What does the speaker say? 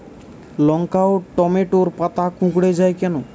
লঙ্কা ও টমেটোর পাতা কুঁকড়ে য়ায় কেন?